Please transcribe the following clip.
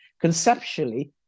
conceptually